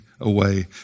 away